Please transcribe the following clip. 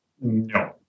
No